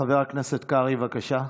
חבר הכנסת קרעי, בבקשה.